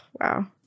wow